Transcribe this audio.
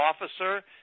officer